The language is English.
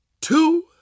two